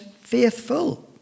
faithful